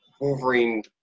Wolverine